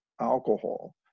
alcohol